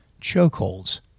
Chokeholds